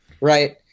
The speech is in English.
right